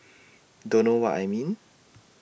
don't know what I mean